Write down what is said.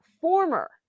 former